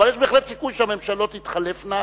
אבל יש בהחלט סיכוי שהממשלות תתחלפנה,